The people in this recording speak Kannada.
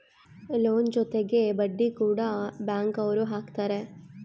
ಲೋನ್ ಜೊತೆಗೆ ಬಡ್ಡಿ ಕೂಡ ಬ್ಯಾಂಕ್ ಅವ್ರು ಹಾಕ್ತಾರೆ